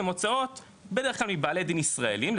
הם הוצאות בדרך כלל מבעלי דין ישראליים,